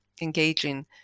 engaging